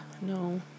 No